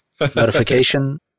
notification